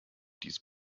dies